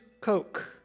Coke